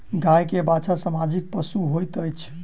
गाय के बाछा सामाजिक पशु होइत अछि